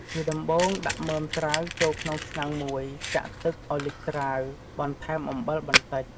ជាដំបូង ដាក់មើមត្រាវចូលក្នុងឆ្នាំងមួយ ចាក់ទឹកឱ្យលិចត្រាវ បន្ថែមអំបិលបន្តិច។